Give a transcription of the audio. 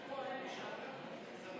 קבוצת סיעת ש"ס,